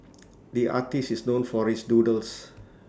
the artist is known for his doodles